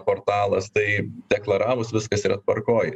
portalas tai deklaravus viskas yra tvarkoj